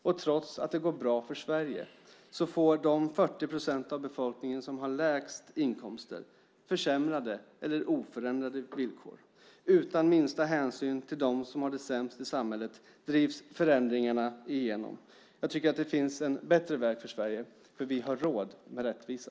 Och trots att det går bra för Sverige får de 40 procent av befolkningen som har lägst inkomster försämrade eller oförändrade villkor. Utan minsta hänsyn till dem som har det sämst i samhället drivs förändringarna igenom. Jag tycker att det finns en bättre väg för Sverige, för vi har råd med rättvisa.